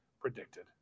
predicted